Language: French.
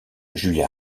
julia